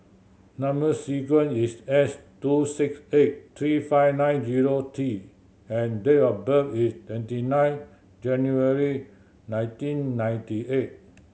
number sequence is S two six eight three five nine zero T and date of birth is twenty nine January nineteen ninety eight